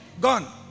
gone